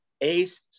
ace